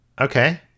Okay